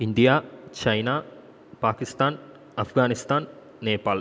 India China Pakistan Afghanistan Nepal